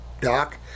Doc